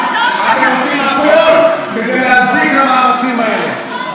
לא נכון, אתם עושים הכול כדי להזיק למאמצים האלה.